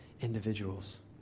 individuals